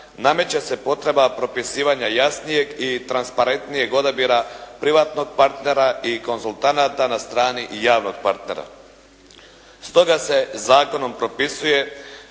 nameće se potreba propisivanja jasnijeg i transparentnijeg odabira privatnog partnera i konzultanata na strani javnog partnera. Stoga se zakonom propisuje